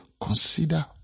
consider